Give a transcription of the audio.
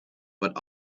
but